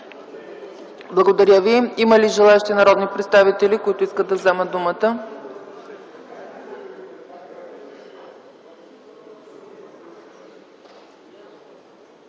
Благодаря. Има ли други народни представители, които желаят да вземат думата?